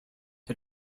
had